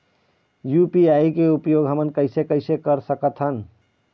UPI के उपयोग हमन कैसे कैसे कर सकत हन?